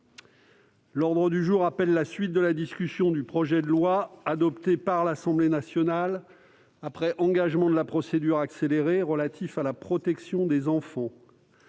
L'ordre du jour appelle la suite de la discussion du projet de loi, adopté par l'Assemblée nationale après engagement de la procédure accélérée, relatif à la protection des enfants